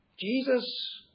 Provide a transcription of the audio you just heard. Jesus